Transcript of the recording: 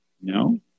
No